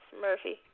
Murphy